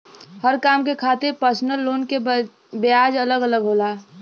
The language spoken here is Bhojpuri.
हर काम के खातिर परसनल लोन के ब्याज अलग अलग होला